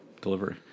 delivery